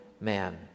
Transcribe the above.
man